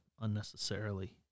unnecessarily